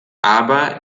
aber